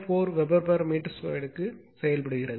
4 வெபர்மீட்டருக்கு2 செயல்படுகிறது